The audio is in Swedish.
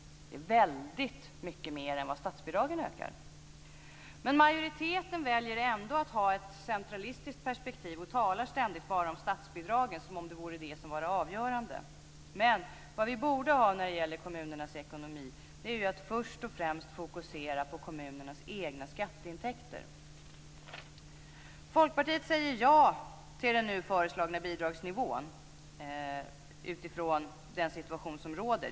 Det är väldigt mycket mer än vad statsbidragen ökar. Men majoriteten väljer ändå att ha ett centralistiskt perspektiv och talar ständigt bara om statsbidragen som om de vore det som var det avgörande, men när det gäller kommunernas ekonomi borde vi ju först och främst fokusera på kommunernas egna skatteintäkter. Folkpartiet säger ja till den nu föreslagna bidragsnivån, utifrån den situation som råder.